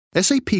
SAP